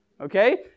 Okay